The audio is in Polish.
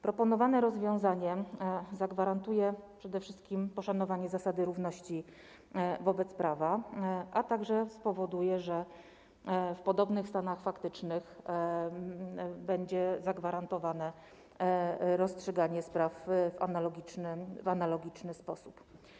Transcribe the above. Proponowane rozwiązanie zagwarantuje przede wszystkim poszanowanie zasady równości wobec prawa, a także spowoduje, że w podobnych stanach faktycznych będzie zagwarantowane rozstrzyganie spraw w analogiczny sposób.